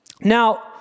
Now